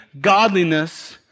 godliness